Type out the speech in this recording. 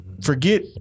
forget